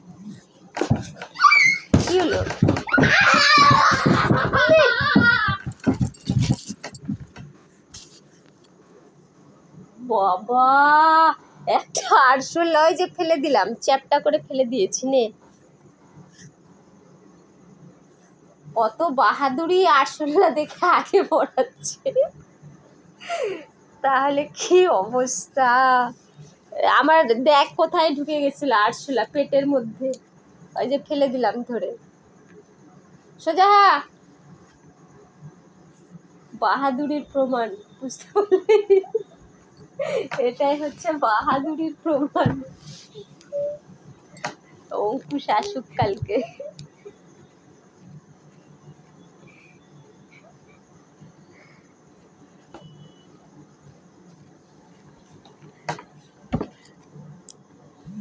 এক একর গমের জমিতে একবার শেচ দিতে অনুমানিক কত পরিমান জল প্রয়োজন?